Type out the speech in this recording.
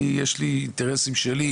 יש לי אינטרסים שלי,